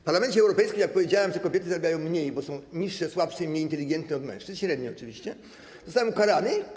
W Parlamencie Europejskim, jak powiedziałem, że kobiety zarabiają mniej, bo są niższe, słabsze i mniej inteligentne od mężczyzn, średnio oczywiście, zostałem ukarany.